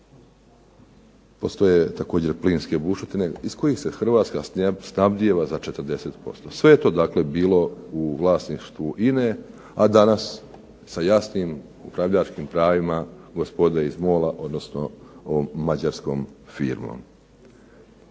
postoje također plinske bušotine iz kojih se Hrvatska snabdijeva za 40%. Sve je to dakle bilo u vlasništvu INA-e, a danas sa jasnim upravljačkim pravima gospode iz MOL-a, odnosno ovom mađarskom firmom.